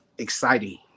Exciting